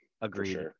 Agreed